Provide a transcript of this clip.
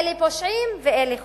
אלה פושעים ואלה חוקיים.